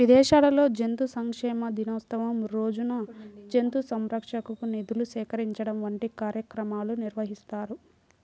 విదేశాల్లో జంతు సంక్షేమ దినోత్సవం రోజున జంతు సంరక్షణకు నిధులు సేకరించడం వంటి కార్యక్రమాలు నిర్వహిస్తారు